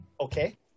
Okay